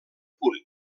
punt